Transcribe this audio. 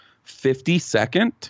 Fifty-second